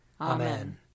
Amen